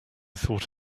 thought